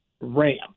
ram